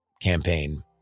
campaign